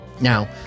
Now